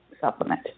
supplement